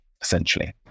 essentially